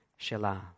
Shelah